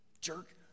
jerk